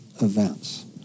events